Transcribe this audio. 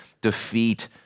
defeat